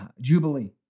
jubilee